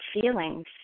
feelings